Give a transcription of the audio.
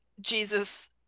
Jesus